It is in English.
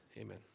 Amen